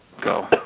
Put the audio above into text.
Go